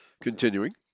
Continuing